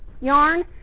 yarn